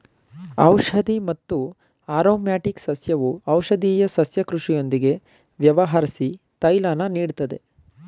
ಔಷಧಿ ಮತ್ತು ಆರೊಮ್ಯಾಟಿಕ್ ಸಸ್ಯವು ಔಷಧೀಯ ಸಸ್ಯ ಕೃಷಿಯೊಂದಿಗೆ ವ್ಯವಹರ್ಸಿ ತೈಲನ ನೀಡ್ತದೆ